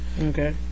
Okay